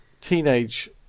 Teenage